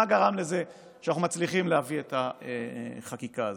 מה גרם לזה שאנחנו מצליחים להביא את החקיקה הזאת?